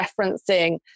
referencing